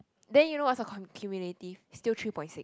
then you know what's her con~ cumulative still three point six